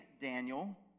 Daniel